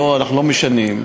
אנחנו לא משנים.